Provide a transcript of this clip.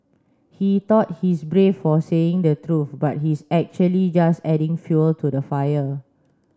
he thought he's brave for saying the truth but he's actually just adding fuel to the fire